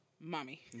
mommy